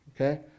okay